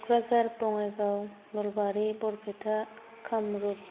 Kokrajhar Bongaigaon Nalbari Barpeta Kamrup